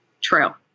trail